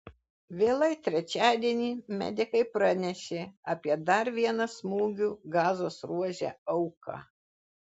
vėlai trečiadienį medikai pranešė apie dar vieną smūgių gazos ruože auką